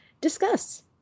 discuss